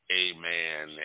amen